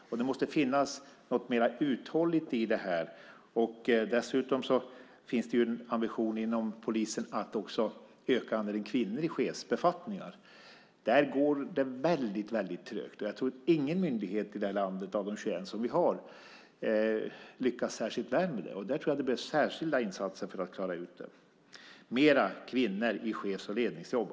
Det måste finnas något mer uthålligt i det här. Dessutom finns det en ambition inom polisen att öka andelen kvinnor i chefsbefattningar. Där går det väldigt trögt. Jag tror inte att någon myndighet i det här landet av de 21 som vi har lyckas särskilt väl med det. Jag tror att det behövs särskilda insatser för att klara ut det. Det behövs fler kvinnor i chefs och ledningsjobb.